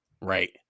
right